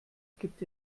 gibt